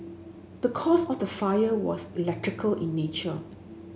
the cause of the fire was electrical in nature